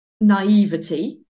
naivety